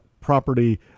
property